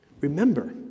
Remember